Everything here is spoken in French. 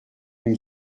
une